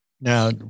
Now